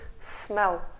smell